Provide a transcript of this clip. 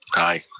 aye.